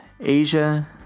Asia